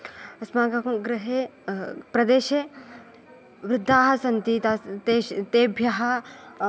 अस्माकं गृहे प्रदेशे वृद्धाः सन्ति तास् तेश् तेभ्यः